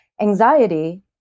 Anxiety